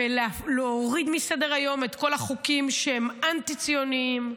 להוריד מסדר-היום את כל החוקים שהם אנטי-ציוניים,